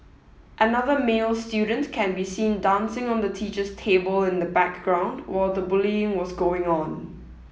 another male student can be seen dancing on the teacher's table in the background while the bullying was going on